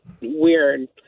weird